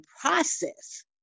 process